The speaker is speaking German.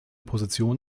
position